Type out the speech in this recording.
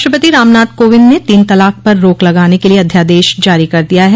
राष्ट्रपति रामनाथ कोविंद ने तीन तलाक पर रोक लगाने के लिए अध्यादेश जारी कर दिया है